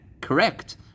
correct